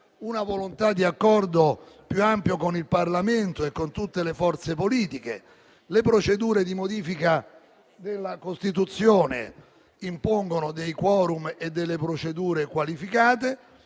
una volontà di accordo più ampio con il Parlamento e con tutte le forze politiche. Le procedure di modifica della Costituzione impongono dei *quorum* e delle procedure qualificate;